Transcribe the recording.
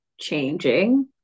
changing